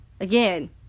again